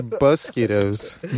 mosquitoes